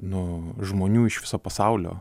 nu žmonių iš viso pasaulio